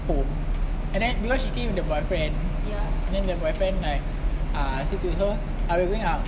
home and then because she came with her boyfriend then the boyfriend like uh said to her uh we going up